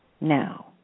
Now